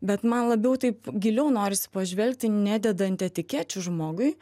bet man labiau taip giliau norisi pažvelgti nededant etikečių žmogui